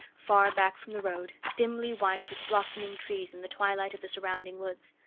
far back from the road, dimly white with blossoming trees in the twilight of the surrounding woods.